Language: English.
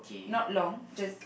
not long just